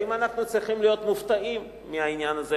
האם אנחנו צריכים להיות מופתעים מהעניין הזה,